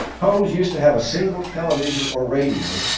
homes used to have a single television or radio,